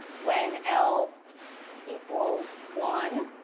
when l equals one,